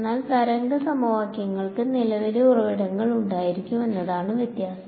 എന്നാൽ തരംഗ സമവാക്യങ്ങൾക്ക് നിലവിലെ ഉറവിടങ്ങൾ ഉണ്ടായിരിക്കും എന്നതാണ് വ്യത്യാസം